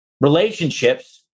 relationships